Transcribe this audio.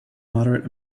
moderate